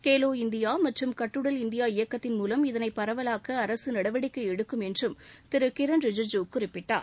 Khelo India மற்றும் கட்டுடல் India இயக்கத்தின் மூலம் இதனை பரவலாக்க அரசு நடவடிக்கை எடுக்கும் என்றும் திரு கிரண் ரிஜிஜூ குறிப்பிட்டார்